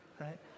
right